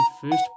first